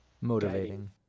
Motivating